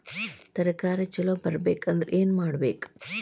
ತರಕಾರಿ ಛಲೋ ಬರ್ಬೆಕ್ ಅಂದ್ರ್ ಏನು ಮಾಡ್ಬೇಕ್?